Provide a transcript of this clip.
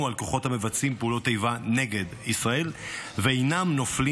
על כוחות המבצעים פעולות איבה נגד ישראל ואינם נופלים